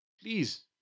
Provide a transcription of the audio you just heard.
please